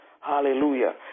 Hallelujah